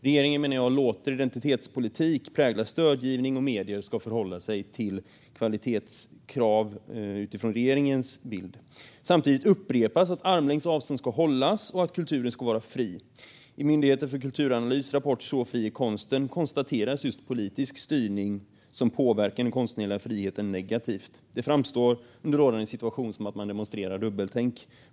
Jag menar att regeringen låter identitetspolitik prägla stödgivningen och att medier ska förhålla sig till kvalitetskrav utifrån regeringens bild. Samtidigt upprepas att armlängds avstånd ska hållas och att kulturen ska vara fri. I Myndigheten för kulturanalys rapport Så fri är konsten konstateras just att politisk styrning påverkar den konstnärliga friheten negativt. Det framstår i den rådande situationen som att man demonstrerar ett dubbeltänk.